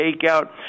take-out